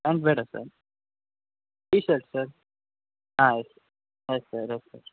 pant ಬೇಡ sir T shirt sir ಹಾಂ ಆಯ್ತು ಆಯ್ತು ಸರ್ ಆಯ್ತು ಸರ್